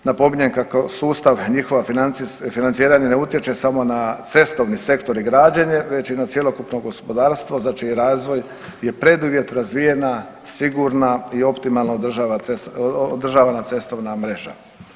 Napominjem kako sustav i njihovo financiranje ne utječe samo na cestovni sektor i građenje već i na cjelokupno gospodarstvo za čiji razvoj je preduvjet razvijena, sigurna i optimalno održavana cestovna mreža.